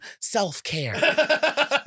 self-care